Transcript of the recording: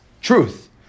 truth